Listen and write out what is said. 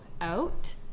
out